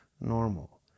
normal